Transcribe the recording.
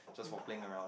just for playing around